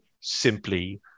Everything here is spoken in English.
simply